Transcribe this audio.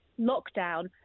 lockdown